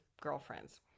girlfriends